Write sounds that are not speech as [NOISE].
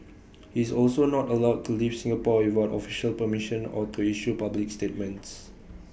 [NOISE] he is also not allowed to leave Singapore without official permission or to issue public statements